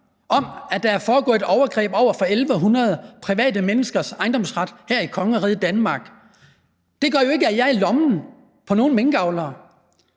fordi der var foregået et overgreb på 1.100 private menneskers ejendomsret her i kongeriget Danmark. Det gør jo ikke, at jeg er i lommen på nogle minkavlere.